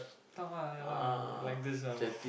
talk ah ya lah like like this ah what